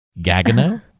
Gagano